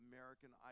American